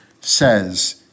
says